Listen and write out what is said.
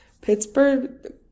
Pittsburgh